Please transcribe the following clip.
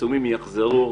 העיצומים יחזרו,